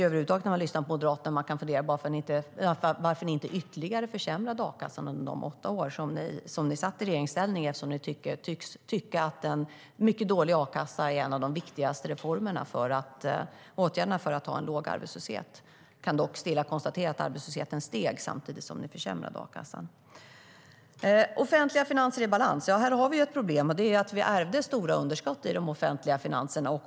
När man lyssnar på Moderaterna kan man över huvud taget fundera på varför ni inte ytterligare försämrade a-kassan under de åtta år som ni satt i regeringsställning, eftersom ni tycks tycka att en mycket dålig a-kassa är en av de viktigaste åtgärderna för att ha en låg arbetslöshet. Jag kan dock stilla konstatera att arbetslösheten steg samtidigt som ni försämrade a-kassan. Offentliga finanser i balans - ja, här har vi ett problem, och det är att vi ärvde stora underskott i de offentliga finanserna.